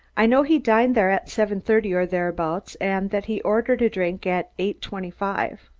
i know he dined there at seven-thirty or thereabouts and that he ordered a drink at eight twenty-five.